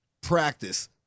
Practice